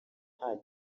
nta